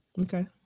Okay